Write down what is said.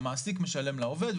המעסיק משלם לעובד,